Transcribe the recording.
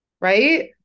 Right